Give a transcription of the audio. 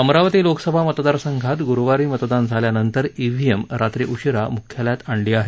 अमरावती लोकसभा मतदारसंघात गुरूवारी मतदान झाल्यानंतर इव्हीएम रात्री उशिरा मुख्यालयात आणली आहेत